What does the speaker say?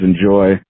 enjoy